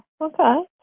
Okay